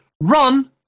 run